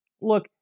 Look